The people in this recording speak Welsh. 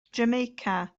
jamaica